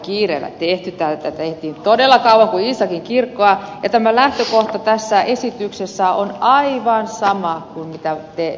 tätä tehtiin todella kauan kuin iisakin kirkkoa ja tämä lähtökohta tässä esityksessä on aivan sama kuin se mitä te oppositiossa esitätte